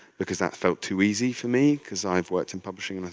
because that felt too easy for me cause i've worked in publishing and